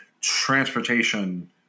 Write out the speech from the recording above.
transportation